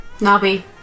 Nobby